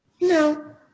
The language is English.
No